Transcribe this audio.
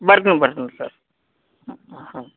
ಬರ್ತೀನಿ ಬರ್ತೀನಿ ಸರ್ ಹಾಂ